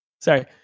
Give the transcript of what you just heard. sorry